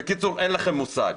בקיצור, אין לכם מושג.